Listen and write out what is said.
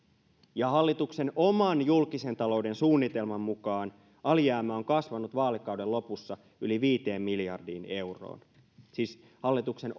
ja hallituksen oman julkisen talouden suunnitelman mukaan alijäämä on kasvanut vaalikauden lopussa yli viiteen miljardiin euroon siis hallituksen